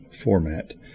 format